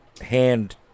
hand